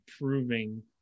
proving